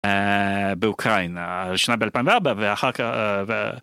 באוקראינה בשנת 2004 ואחר כך